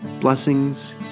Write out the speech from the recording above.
Blessings